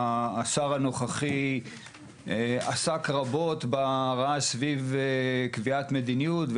השר הנוכחי עסק רבות ברעש סביב קביעת מדיניות.